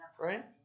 right